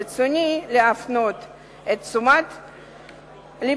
ברצוני להפנות את תשומת לבכם,